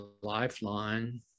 lifeline